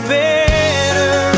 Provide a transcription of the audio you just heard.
better